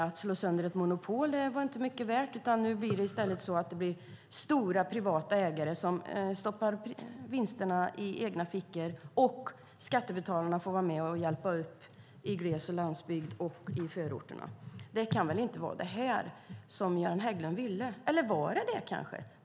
Att slå sönder ett monopol var inte mycket värt. Nu blir det i stället stora privata ägare som stoppar vinsterna i egna fickor, och skattebetalarna får vara med och hjälpa i glesbygd, på landsbygd och i förorterna. Det kan väl inte vara det här som Göran Hägglund ville. Eller var det kanske det?